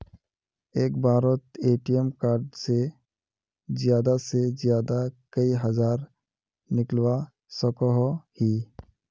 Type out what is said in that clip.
एक बारोत ATM card से ज्यादा से ज्यादा कई हजार निकलवा सकोहो ही?